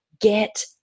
Get